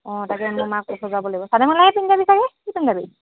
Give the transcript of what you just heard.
অঁ তাকে মই মাক কৈ থৈ যাব লাগিব চাদৰ মেখেলাহে পিন্ধি যাবি চাগে কি পিন্ধি যাবি